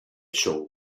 show